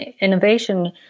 innovation